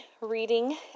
reading